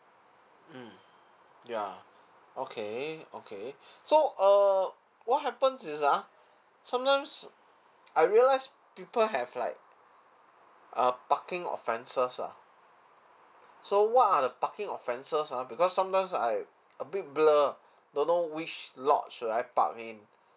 mm ya okay okay so err what happen is ah sometimes I realised people have like uh parking offences lah so what are the parking offences ah because sometimes I a bit blur don't know which lot should I park in